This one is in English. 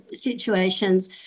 situations